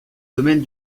domaine